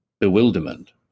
bewilderment